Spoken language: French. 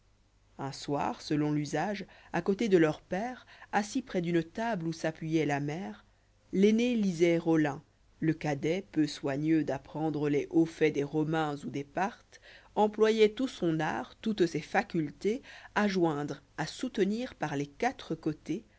un soir selon l'usage à côté de leur père assis près d'une'tablé où s'appùyoit la mère l'aîné lisoit rollin le cadet peu soigneux d'apprendre les hauts faits des romains où des pàrthes employoit tout son art toutes ses facultés a joindre à soutenir par les quatre côtés